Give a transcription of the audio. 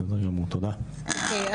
אוקיי,